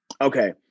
Okay